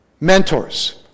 Mentors